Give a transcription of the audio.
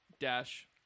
Dash